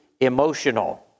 emotional